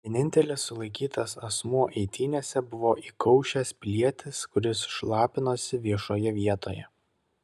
vienintelis sulaikytas asmuo eitynėse buvo įkaušęs pilietis kuris šlapinosi viešoje vietoje